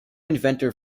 inventor